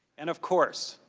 and, of course,